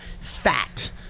fat